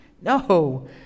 No